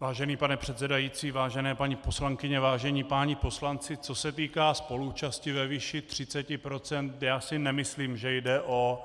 Vážený pane předsedající, vážené paní poslankyně, vážení páni poslanci, co se týká spoluúčasti ve výši 30 %, nemyslím si, že jde o